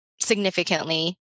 significantly